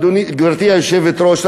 גברתי היושבת-ראש,